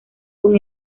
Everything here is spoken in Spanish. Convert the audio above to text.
con